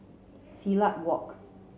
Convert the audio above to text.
Silat Walk